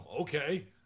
Okay